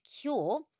cure